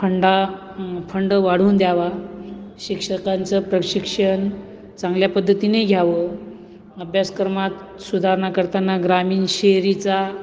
फंडा फंड वाढवून द्यावा शिक्षकांचं प्रशिक्षण चांगल्या पद्धतीने घ्यावं अभ्यासक्रमात सुधारणा करताना ग्रामीण शहरीचा